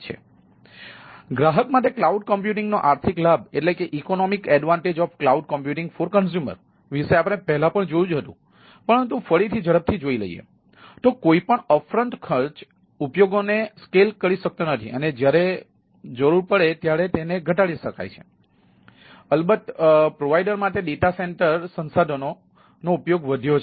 તેથી ગ્રાહક માટે ક્લાઉડ કમ્પ્યુટિંગનો આર્થિક લાભનો ઉપયોગ વધ્યો છે